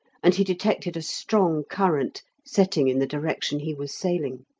and he detected a strong current setting in the direction he was sailing.